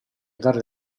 dare